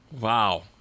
Wow